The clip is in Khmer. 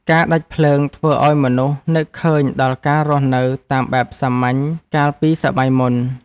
ការដាច់ភ្លើងធ្វើឱ្យមនុស្សនឹកឃើញដល់ការរស់នៅតាមបែបសាមញ្ញកាលពីសម័យមុន។